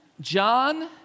John